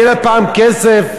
יהיה לה פעם כסף.